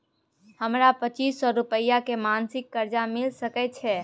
हमरा पच्चीस सौ रुपिया के मासिक कर्जा मिल सकै छै?